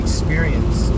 experience